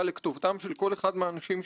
בכל זאת ועדה בראשות אופוזיציה,